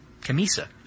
camisa